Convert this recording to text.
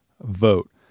vote